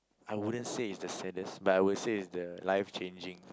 I wouldn't say it's the saddest but I would say it's the life changing